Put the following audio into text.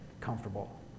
comfortable